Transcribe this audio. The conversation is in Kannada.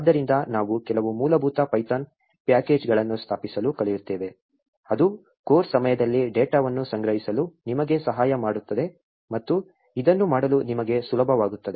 ಆದ್ದರಿಂದ ನಾವು ಕೆಲವು ಮೂಲಭೂತ ಪೈಥಾನ್ ಪ್ಯಾಕೇಜ್ಗಳನ್ನು ಸ್ಥಾಪಿಸಲು ಕಲಿಯುತ್ತೇವೆ ಅದು ಕೋರ್ಸ್ ಸಮಯದಲ್ಲಿ ಡೇಟಾವನ್ನು ಸಂಗ್ರಹಿಸಲು ನಿಮಗೆ ಸಹಾಯ ಮಾಡುತ್ತದೆ ಮತ್ತು ಇದನ್ನು ಮಾಡಲು ನಿಮಗೆ ಸುಲಭವಾಗುತ್ತದೆ